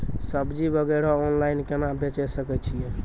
सब्जी वगैरह ऑनलाइन केना बेचे सकय छियै?